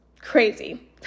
Crazy